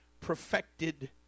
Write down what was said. perfected